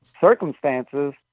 circumstances